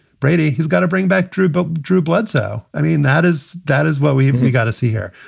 brady, he's got to bring back drew. but drew bledsoe, i mean, that is that is what we got to see here.